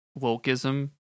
wokeism